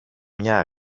μια